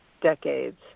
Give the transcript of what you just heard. decades